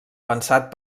pensat